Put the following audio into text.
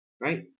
right